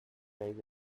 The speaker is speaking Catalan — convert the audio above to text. vells